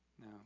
Now